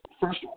first